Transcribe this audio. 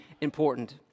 important